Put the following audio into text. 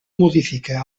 modifica